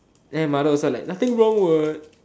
then my mother was like nothing wrong what